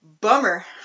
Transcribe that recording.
Bummer